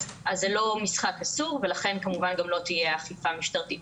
אז זה לא משחק אסור ולכן כמובן גם לא תהיה אכיפה משטרתית.